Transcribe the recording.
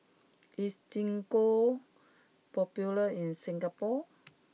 is gingko popular in Singapore